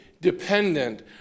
dependent